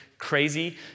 crazy